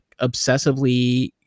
obsessively